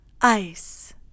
ICE